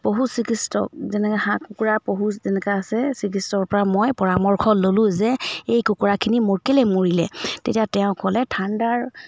পশু চিকিৎসক যেনেকৈ হাঁহ কুকুুৰাৰ পশু যেনেকৈ আছে চিকিৎসকৰ পৰা মই পৰামৰ্শ ল'লোঁ যে এই কুকুৰাখিনি মোৰ কেলে মৰিলে তেতিয়া তেওঁ ক'লে ঠাণ্ডাৰ